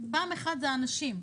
פעם אחת זה האנשים.